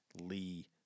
Lee